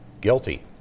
guilty